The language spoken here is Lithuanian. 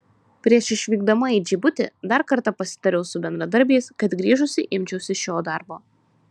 prieš išvykdama į džibutį dar kartą pasitariau su bendradarbiais kad grįžusi imčiausi šio darbo